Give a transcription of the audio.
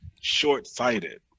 short-sighted